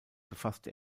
befasste